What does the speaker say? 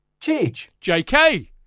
JK